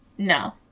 No